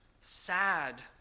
sad